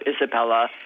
Isabella